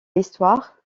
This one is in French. l’histoire